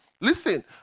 Listen